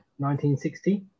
1960